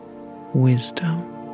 Wisdom